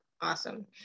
awesome